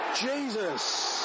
Jesus